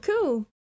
cool